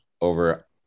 over